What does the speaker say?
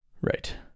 right